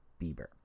Bieber